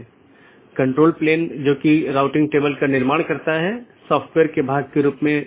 दूसरे अर्थ में जब मैं BGP डिवाइस को कॉन्फ़िगर कर रहा हूं मैं उस पॉलिसी को BGP में एम्बेड कर रहा हूं